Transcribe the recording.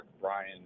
Brian